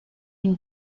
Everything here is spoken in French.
une